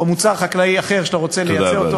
או מוצר חקלאי אחר שאתה רוצה לייצא.